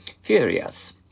furious